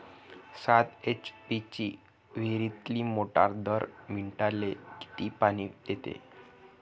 सात एच.पी ची विहिरीतली मोटार दर मिनटाले किती पानी देते?